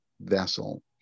vessel